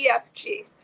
ESG